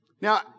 Now